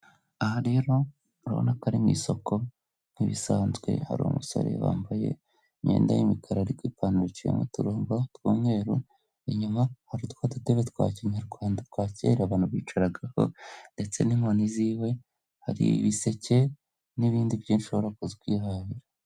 Abagabo babiri bahagaze umwe yambaye ishati y'umweru ndetse n'ipantaro yumweru, n'undi wambaye ishati y'umweru n'amabara y'umutuku n'umukara n'ipantaro y'ivu, ndetse inyuma yabo harimo imodoka eshatu z'amabara y'umweru ndetse hariho n'ishitingi yanditseho amagambo agiye atandukanye.